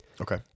Okay